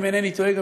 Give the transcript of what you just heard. אם אינני טועה,